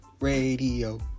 Radio